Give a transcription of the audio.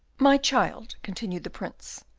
my child, continued the prince,